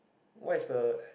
what is the